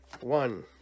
One